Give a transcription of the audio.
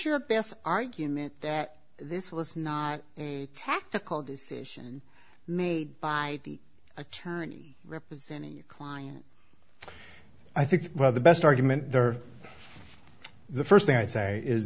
your best argument that this was not a tactical decision made by the attorney representing your client i think the best argument there the st thing i'd say is